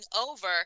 over